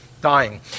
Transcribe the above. dying